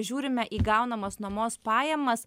žiūrime į gaunamas nuomos pajamas